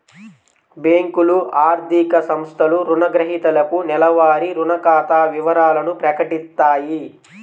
బ్యేంకులు, ఆర్థిక సంస్థలు రుణగ్రహీతలకు నెలవారీ రుణ ఖాతా వివరాలను ప్రకటిత్తాయి